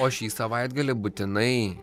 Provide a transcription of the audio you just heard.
o šį savaitgalį būtinai